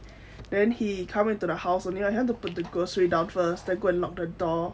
then he come into the house he want to put the grocery down first then go and lock the door